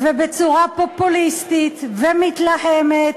ובצורה פופוליסטית ומתלהמת